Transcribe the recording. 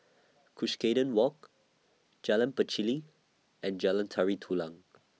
Cuscaden Walk Jalan Pacheli and Jalan Tari Dulang